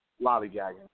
lollygagging